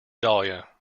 dahlia